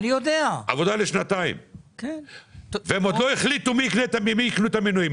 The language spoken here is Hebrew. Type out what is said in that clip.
עוד לא החליטו ממי הם יקנו את המנועים,